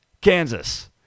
Kansas